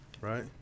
right